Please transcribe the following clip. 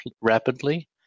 rapidly